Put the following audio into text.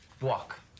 walk